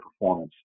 performance